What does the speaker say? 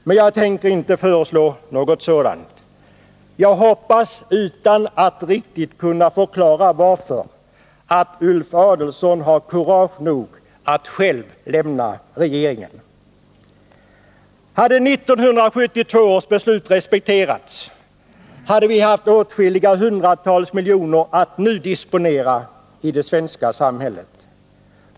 Men jag tänker inte föreslå något sådant. Jag hoppas, utan att riktigt kunna förklara varför, att Ulf Adelsohn har kurage nog att lämna regeringen. Hade 1972 års beslut respekterats, så hade vi haft åtskilliga hundratal miljoner kronor att nu disponera i det svenska samhället.